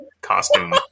costume